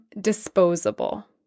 disposable